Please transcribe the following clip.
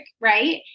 right